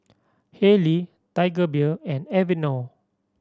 Haylee Tiger Beer and Aveeno